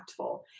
impactful